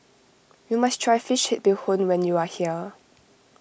you must try Fish Head Bee Hoon when you are here